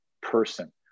person